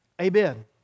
Amen